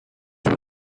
sur